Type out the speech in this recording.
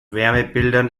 wärmebildern